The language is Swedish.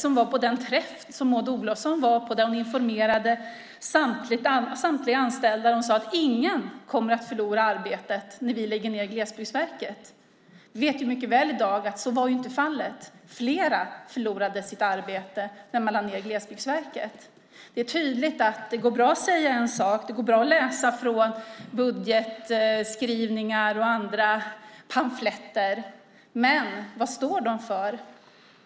De var på den träff där Maud Olofsson informerade samtliga anställda och sade att ingen skulle förlora arbetet när Glesbygdsverket lades ned. I dag vet vi ju mycket väl att så inte blev fallet - flera förlorade sitt arbete. Det är tydligt att det går bra att säga en sak, och det går bra att läsa från budgetskrivningar och andra pamfletter. Men vad står de för?